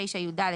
9יד,